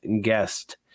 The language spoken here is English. guest